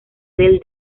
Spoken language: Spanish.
del